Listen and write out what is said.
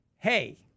Hey